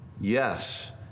yes